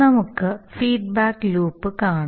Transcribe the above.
നമുക്ക് feedback loop കാണാം